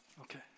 okay